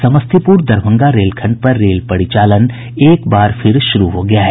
समस्तीपुर दरभंगा रेलखंड पर रेल परिचालन एक बार फिर शुरू हो गया है